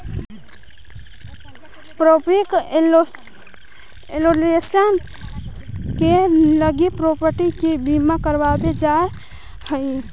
property insurance के लगी property के बीमा करावल जा हई